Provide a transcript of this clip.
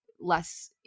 Less